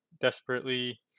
desperately